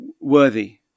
worthy